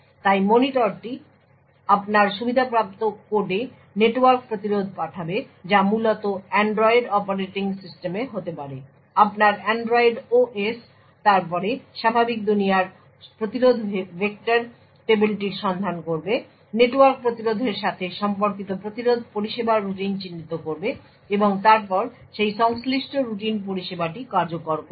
তাই মনিটরটি আপনার সুবিধাপ্রাপ্ত কোডে নেটওয়ার্ক প্রতিরোধ পাঠাবে যা মূলত অ্যান্ড্রয়েড অপারেটিং সিস্টেমে হতে পারে আপনার অ্যান্ড্রয়েড OS তারপরে স্বাভাবিক দুনিয়ার প্রতিরোধ ভেক্টর টেবিলটির সন্ধান করবে নেটওয়ার্ক প্রতিরোধের সাথে সম্পর্কিত প্রতিরোধ পরিষেবার রুটিন চিহ্নিত করবে এবং তারপর সেই সংশ্লিষ্ট রুটিন পরিষেবাটি কার্যকর করবে